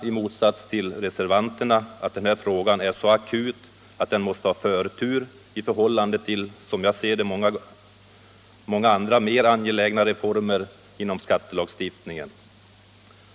I motsats till reservanterna kan jag ej finna att den här frågan är så akut att den måste ha förtur i förhållande till, som jag ser det, många andra mer angelägna reformer inom skattelagstiftningen.